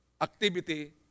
activity